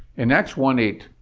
in acts one eight,